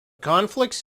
conflicts